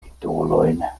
titolojn